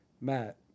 Matt